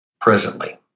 presently